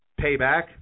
payback